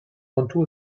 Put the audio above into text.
onto